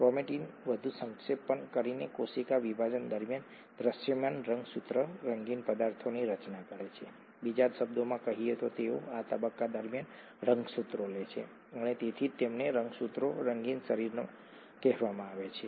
chromatin વધુ સંક્ષેપણ કરીને કોશિકા વિભાજન દરમિયાન દૃશ્યમાન રંગસૂત્રો રંગીન પદાર્થોની રચના કરે છે બીજા શબ્દોમાં કહીએ તો તેઓ આ તબક્કા દરમિયાન રંગસૂત્રો લે છે અને તેથી જ તેમને રંગસૂત્રો રંગીન શરીર કહેવામાં આવે છે